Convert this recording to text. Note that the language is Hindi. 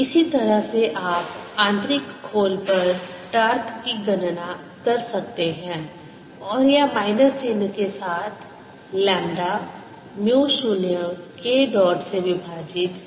इसी तरह से आप आंतरिक खोल पर टॉर्क की गणना कर सकते हैं और यह माइनस चिन्ह के साथ लैम्ब्डा म्यू 0 K डॉट से विभाजित a वर्ग होगा